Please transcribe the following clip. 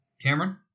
Cameron